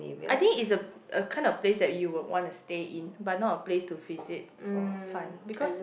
I think is a a kind of place that you would want to stay in but not a place to visit for fun because